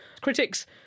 Critics